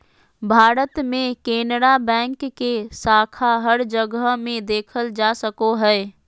भारत मे केनरा बैंक के शाखा हर जगह मे देखल जा सको हय